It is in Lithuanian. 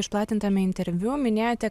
išplatintame interviu minėjote